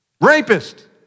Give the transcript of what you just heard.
rapist